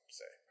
say